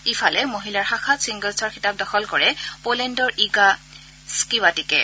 ইফালে মহিলাৰ শাখাত ছিংগলছৰ খিতাপ দখল কৰে পলেণ্ডৰ ইগা স্থিৱাটেকে